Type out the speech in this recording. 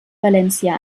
valencia